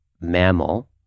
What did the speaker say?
mammal